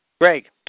Greg